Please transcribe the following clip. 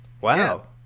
wow